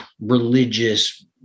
religious